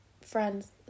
friend's